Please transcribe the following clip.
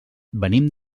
venim